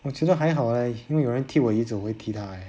我觉得还好 leh 因为有人踢我的椅子我会踢他 eh